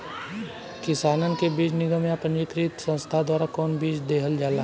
किसानन के बीज निगम या पंजीकृत संस्था द्वारा कवन बीज देहल जाला?